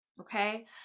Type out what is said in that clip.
okay